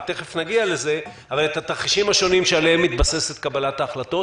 ותכף נגיע לזה את התרחישים השונים שעליהם מתבססת קבלת ההחלטות.